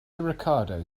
ricardo